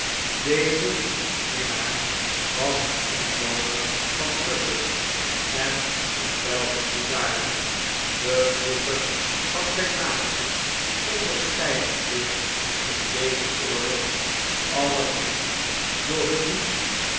deze minnaar was een inwoner van brussel en een belgisch huzaar de troepen van zijn natie onderscheidden zich in dezen oorlog allerminst door hun moed